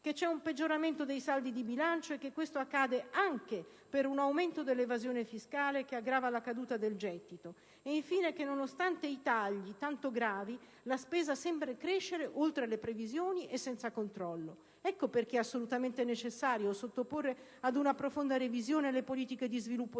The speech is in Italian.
che c'è un peggioramento dei saldi di bilancio e che questo accade anche per un aumento dell'evasione fiscale che aggrava la caduta del gettito e infine che, nonostante i tagli tanto gravi, la spesa sembra crescere oltre le previsioni e senza controllo. Ecco perché è assolutamente necessario sottoporre ad una profonda revisione le politiche di sviluppo